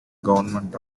government